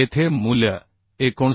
येथे मूल्य 59